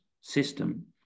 system